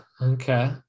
okay